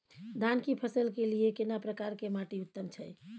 धान की फसल के लिये केना प्रकार के माटी उत्तम छै?